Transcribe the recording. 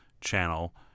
channel